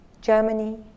Germany